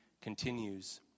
continues